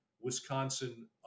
Wisconsin